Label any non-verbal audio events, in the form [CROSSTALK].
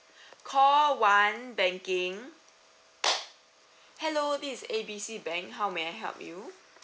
call one banking [NOISE] hello this A B C bank how may I help you